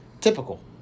Typical